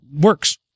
works